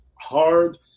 hard